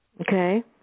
Okay